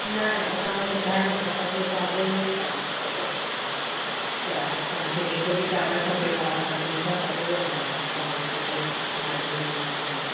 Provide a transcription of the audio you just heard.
न असां वटि घण असांजो चांवरनि जो ई कमु आहे सॼो त तव्हांखे जेको बि चांवर खपे तव्हां ऑडर ॾेई था सघो ऐं तव्हां अची करे वठी वञो त